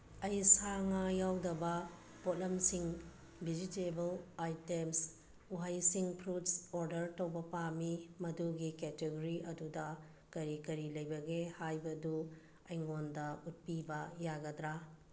ꯑꯩ ꯁꯥ ꯉꯥ ꯌꯥꯎꯗꯕ ꯄꯣꯠꯂꯝꯁꯤꯡ ꯕꯦꯖꯤꯇꯦꯕꯜ ꯑꯥꯏꯇꯦꯝꯁ ꯎꯍꯩꯁꯤꯡ ꯐ꯭ꯔꯨꯠꯁ ꯑꯣꯗꯔ ꯇꯧꯕ ꯄꯥꯝꯃꯤ ꯃꯗꯨꯒꯤ ꯀꯦꯇꯦꯒꯣꯔꯤ ꯑꯗꯨꯗ ꯀꯔꯤ ꯀꯔꯤ ꯂꯩꯕꯒꯦ ꯍꯥꯏꯕꯗꯨ ꯑꯩꯉꯣꯟꯗ ꯎꯠꯄꯤꯕ ꯌꯥꯒꯗ꯭ꯔꯥ